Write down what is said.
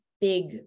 big